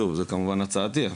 זו הצעתי,